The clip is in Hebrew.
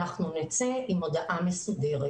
אנחנו נצא עם הודעה מסודרת.